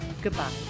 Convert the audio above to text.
Goodbye